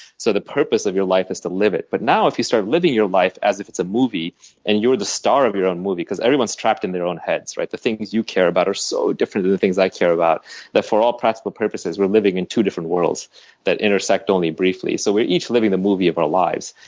so the purpose of your life is to live it. but now, if you start living your life as if it's a movie and you're the star of your own movie, because everyone's trapped in their own heads. the things you care about are so different than the things i care about that for all practical purposes, we're living in two different worlds that intersect only briefly. so we're each living the movie of our lives.